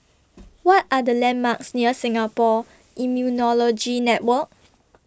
What Are The landmarks near Singapore Immunology Network